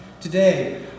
today